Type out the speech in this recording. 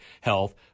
health